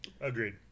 Agreed